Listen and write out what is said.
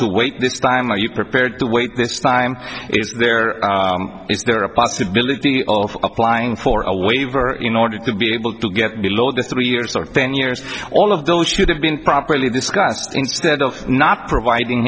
wait this time are you prepared to wait this time is there is there a possibility of applying for a waiver in order to be able to get below this three years or ten years all of those should have been properly discussed instead of not providing